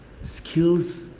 skills